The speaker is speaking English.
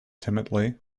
timidly